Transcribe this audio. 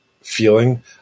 feeling